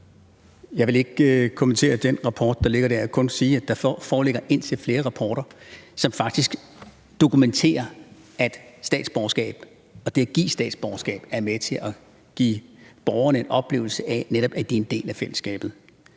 Jeg vil ikke kommentere den rapport, der ligger her, men jeg vil kun sige, at der foreligger indtil flere rapporter, som faktisk dokumenterer, at statsborgerskab og det at give statsborgerskab er med til at give borgerne en oplevelse af, at de er en del af fællesskabet.